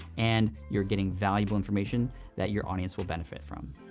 and you're getting valuable information that your audience will benefit from.